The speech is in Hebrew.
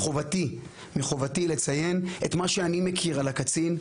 מחובתי לציין את מה שאני מכיר על הקצין.